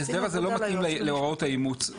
ההסדר הזה לא מתאים להוראות האימוץ.